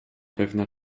pewna